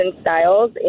styles